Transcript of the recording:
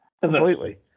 completely